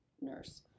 nurse